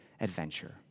adventure